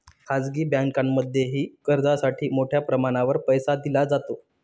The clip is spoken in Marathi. खाजगी बँकांमध्येही कर्जासाठी मोठ्या प्रमाणावर पैसा दिला जातो